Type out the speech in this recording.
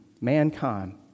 mankind